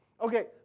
Okay